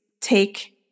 take